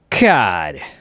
God